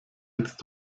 jetzt